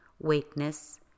weakness